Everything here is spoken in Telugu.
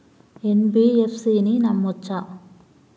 ఎన్.బి.ఎఫ్.సి ని నమ్మచ్చా?